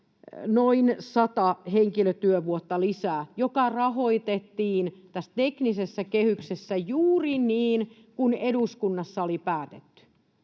noin sata henkilötyövuotta lisää, joka rahoitettiin tässä teknisessä kehyksessä juuri niin kuin eduskunnassa oli päätetty,